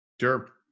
Sure